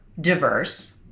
diverse